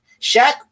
Shaq